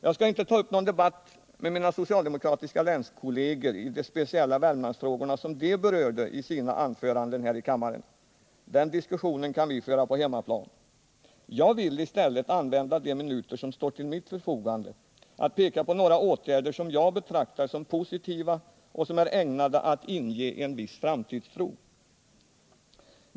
Jag skall inte ta upp någon debatt med mina socialdemokratiska länskolleger i de speciella Värmlandsfrågorna som de berörde i sina anföranden här i kammaren — den diskussionen kan vi föra på hemmaplan. Jag vill i stället använda de minuter som står till mitt förfogande till att peka på några åtgärder som jag betraktar som positiva och som är ägnade att inge en viss framtidstro.